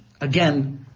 again